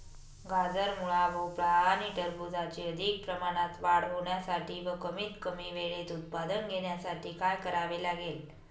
गाजर, मुळा, भोपळा आणि टरबूजाची अधिक प्रमाणात वाढ होण्यासाठी व कमीत कमी वेळेत उत्पादन घेण्यासाठी काय करावे लागेल?